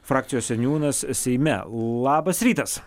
frakcijos seniūnas seime labas rytas